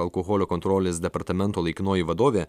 alkoholio kontrolės departamento laikinoji vadovė